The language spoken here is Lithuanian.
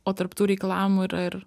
o tarp tų reikalavimų yra ir